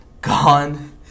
gone